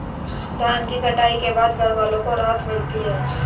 धान की कटाई के बाद घरवालों को राहत मिलती है